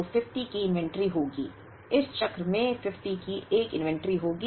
तो 50 की इन्वेंट्री होगी